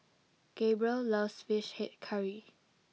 Gabrielle loves Fish Head Curry